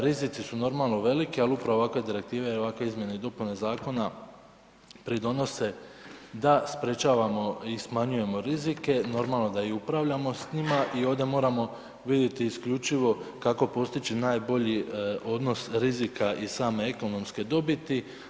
Rizici su normalno veliki, ali upravo ovakve direktive i ovakve izmjene i dopune zakona pridonose da sprečavamo i smanjujemo rizike, normalno da i upravljamo s njima i onda moramo vidjeti isključivo kako postići najbolji odnos rizika i same ekonomske dobiti.